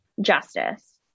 justice